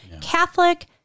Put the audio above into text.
Catholic